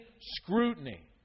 scrutiny